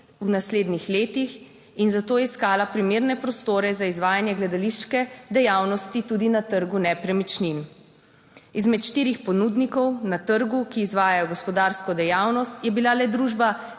v naslednjih letih in zato je iskala primerne prostore za izvajanje gledališke dejavnosti tudi na trgu nepremičnin. Izmed štirih ponudnikov na trgu, ki izvajajo gospodarsko dejavnost, je bila le družba